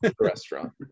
restaurant